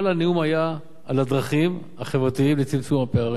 כל הנאום היה על הדרכים החברתיות לצמצום הפערים.